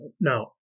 Now